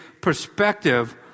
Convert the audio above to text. perspective